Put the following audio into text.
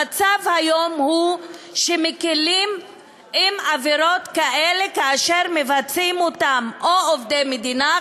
המצב היום הוא שמקילים בעבירות כאלה כאשר מבצעים אותן עובדי מדינה,